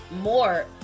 more